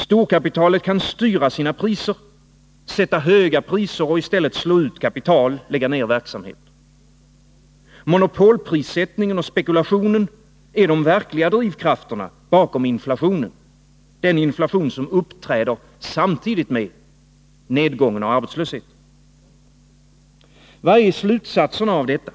Storkapitalet kan styra sina priser, sätta höga priser och i stället slå ut kapital, lägga ner verksamheter osv. Monopolprissättningen och spekulationen är de verkliga drivkrafterna bakom inflationen, den inflation som uppträder samtidigt med nedgången och arbetslösheten. Vad är slutsatserna av detta?